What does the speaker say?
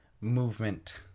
movement